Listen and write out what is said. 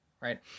right